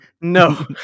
no